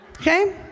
Okay